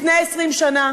לפני 20 שנה